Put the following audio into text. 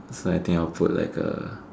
so I think I'll put like a